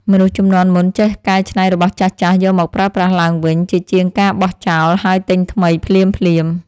មនុស្សជំនាន់មុនចេះកែច្នៃរបស់ចាស់ៗយកមកប្រើប្រាស់ឡើងវិញជាជាងការបោះចោលហើយទិញថ្មីភ្លាមៗ។